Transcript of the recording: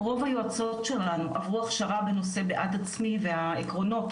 רוב היועצות שלנו עברו הכשרה בנושא "בעד עצמי" והעקרונות